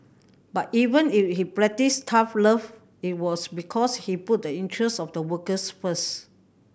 but even if he practised tough love it was because he put the interest of the workers first